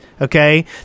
okay